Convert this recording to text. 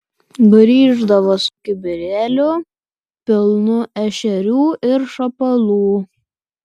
grįždavo su kibirėliu pilnu ešerių ir šapalų